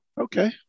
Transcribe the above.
Okay